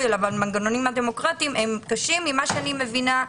אלא במנגנונים הדמוקרטיים היא קשה ממה שאני מבינה.